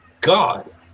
God